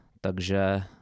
takže